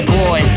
boy